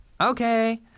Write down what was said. Okay